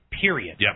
period